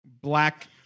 black